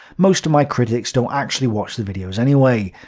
most of my critics don't actually watch the videos anyway.